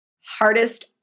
Hardest